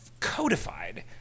Codified